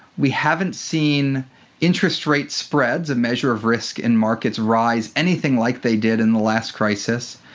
we haven't seen interest rates spreads, a measure of risk in markets, rise anything like they did in the last crisis.